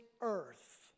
earth